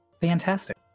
Fantastic